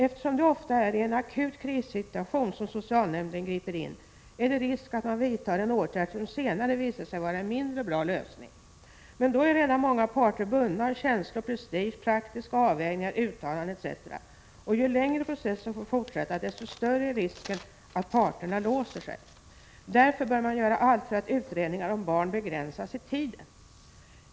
Eftersom det ofta är i en akut krissituation som socialnämnden griper in, är det risk att man vidtar en åtgärd som senare visar sig vara en mindre bra lösning. Men då är redan många parter bundna av känslor, prestige, praktiska avvägningar, uttalanden etc. Och ju längre processen får fortsätta, desto större är risken att parterna låser sig. Därför bör man göra allt för att utredningar om barn begränsas i tiden.